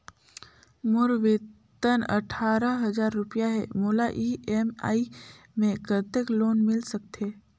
मोर वेतन अट्ठारह हजार रुपिया हे मोला ई.एम.आई मे कतेक लोन मिल सकथे?